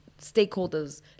stakeholders